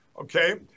Okay